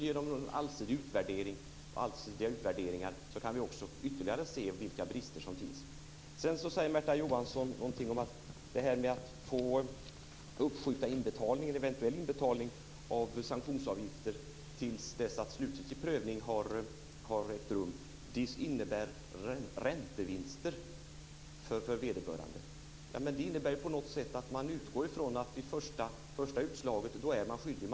Genom allsidiga utvärderingar kan vi också ytterligare se vilka brister som finns. Märta Johansson säger att detta att uppskjuta eventuell inbetalning av sanktionsavgifter till dess att slutgiltig prövning har ägt rum innebär räntevinster för vederbörande. Det innebär på något sätt att man vid det första utslaget utgår från att vederbörande är skyldig.